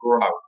grow